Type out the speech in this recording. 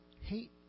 hate